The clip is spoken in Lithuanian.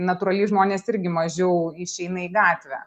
natūraliai žmonės irgi mažiau išeina į gatvę